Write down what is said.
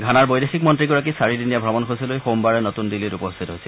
ঘানাৰ বৈদেশিক মন্নীগৰাকী চাৰিদিনীয়া ভ্ৰমণসূচী লৈ সোমবাৰে নতুন দিল্লীত উপস্থিত হৈছিল